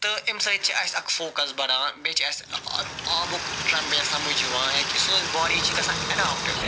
تہٕ اَمہِ سۭتۍ چھُ اَسہِ اکھ فوکَس بَڑان بیٚیہِ چھُ اَسہِ اَمہِ آبُک سمجھ یِوان یعنی کہِ سٲنۍ باڈی چھ گَژھان اَڈاپٹ